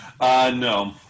No